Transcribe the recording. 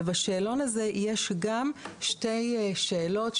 בשאלון הזה יש גם שתי שאלות,